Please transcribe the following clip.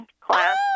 class